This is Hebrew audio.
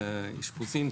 אשפוזים,